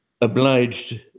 obliged